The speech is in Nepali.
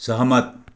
सहमत